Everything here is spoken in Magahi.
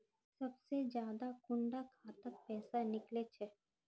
सबसे ज्यादा कुंडा खाता त पैसा निकले छे?